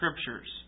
Scriptures